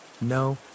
no